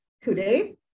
today